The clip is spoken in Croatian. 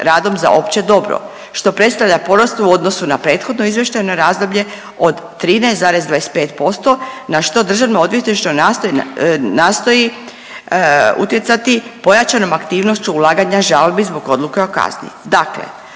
radom za opće dobro što predstavlja porast u odnosu na prethodno izvještajno razdoblje od 13,25% na što Državno odvjetništvo nastoji utjecati pojačanom aktivnošću ulaganja žalbi zbog odluka o kazni.